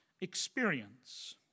experience